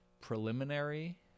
preliminary